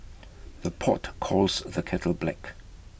the pot calls the kettle black